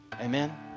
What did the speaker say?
amen